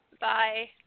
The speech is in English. Bye